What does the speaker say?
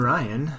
Ryan